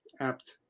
apt